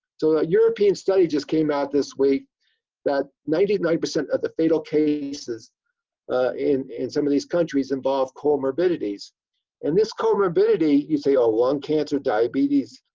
so a european study just came out this week that ninety nine percent of the fatal cases in in some of these countries involve comorbidities and this comorbidity you say, oh lung cancer, diabetes,